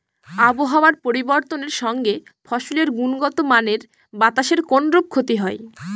আবহাওয়ার পরিবর্তনের সঙ্গে ফসলের গুণগতমানের বাতাসের কোনরূপ ক্ষতি হয়?